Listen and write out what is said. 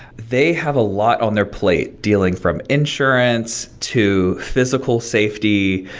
they have a lot on their plate dealing from insurance, to physical safety,